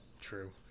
true